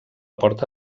porta